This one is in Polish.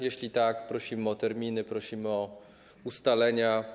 Jeśli tak, prosimy o terminy, prosimy o ustalenia.